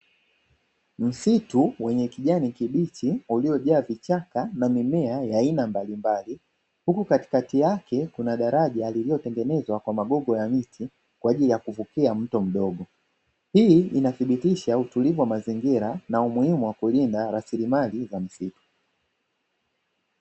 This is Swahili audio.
Msitu wenye kijani kibichi uliojaa vichaka na mimea ya aina mbalimbali, huku katikati yake kuna daraja lililotengenezwa kwa magongo ya miti, kwa ajili ya kuvukia mto mdogo. Hii inathibitisha utulivu wa mazingira na umuhimu wa kulinda rasilimali za msitu.